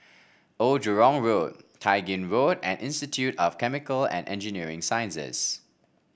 Old Jurong Road Tai Gin Road and Institute of Chemical and Engineering Sciences